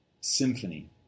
symphony